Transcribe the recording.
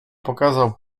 pokazał